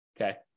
Okay